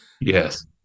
yes